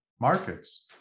markets